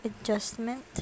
adjustment